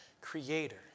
creator